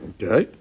Okay